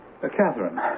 Catherine